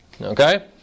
okay